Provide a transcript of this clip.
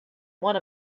one